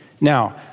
Now